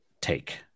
take